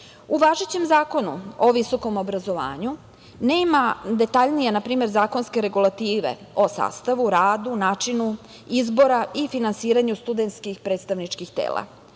važećem Zakonu o visokom obrazovanju nema detaljnije, na primer, zakonske regulative o sastavu, radu, načinu izbora i finansiranju studentskih predstavničkih tela.